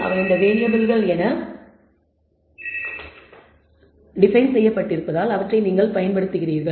அவை இந்த வேறியபிள்கள் என டிபைன் செய்யப்பட்டிருப்பதால் அவற்றைப் நீங்கள் பயன்படுத்துகிறீர்கள்